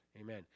Amen